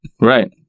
Right